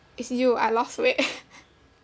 is you I lost weight